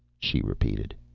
she repeated.